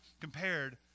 compared